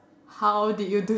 how did you do it